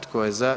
Tko je za?